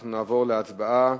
אנחנו נעבור להצבעה